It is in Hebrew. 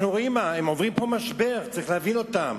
אנחנו רואים, הם עוברים פה משבר, צריך להבין אותם.